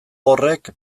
horrek